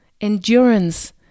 endurance